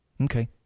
Okay